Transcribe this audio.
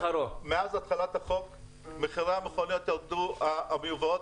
מאז תחילת החוק מחירי המכוניות המיובאות